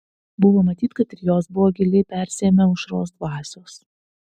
buvo matyt kad ir jos buvo giliai persiėmę aušros dvasios